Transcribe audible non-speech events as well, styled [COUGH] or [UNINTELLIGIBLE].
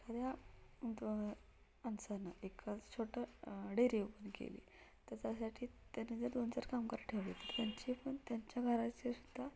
एखाद्या [UNINTELLIGIBLE] छोटं dairy open केली त्याच्यासाठी त्यांनी जर दोनचार कामगार ठेवले तर त्यांची पण त्यांच्या घराचेसुद्धा